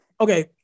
okay –